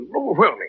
overwhelming